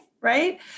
right